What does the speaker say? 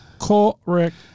Correct